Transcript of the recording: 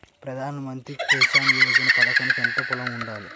ప్రధాన మంత్రి కిసాన్ యోజన పథకానికి ఎంత పొలం ఉండాలి?